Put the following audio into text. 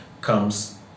comes